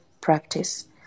practice